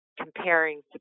comparing